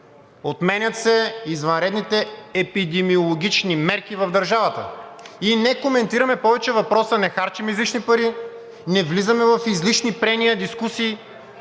отменят се извънредните епидемиологични мерки в държавата, и не коментираме повече въпроса. Не харчим излишни пари, не влизаме в излишни прения, дискусии.